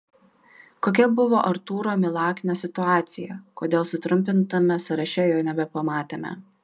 kokia buvo artūro milaknio situacija kodėl sutrumpintame sąraše jo nebepamatėme